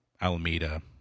Alameda